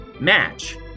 Match